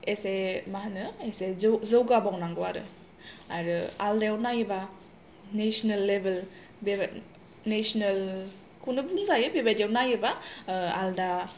एसे मा होनो एसे जौगाबावनांगौ आरो आरो आलादायाव नायोबा नेसनेल लेभेल बेबादि नेलनेलखौनो बुंजायो बेबादियाव नायबा आलादा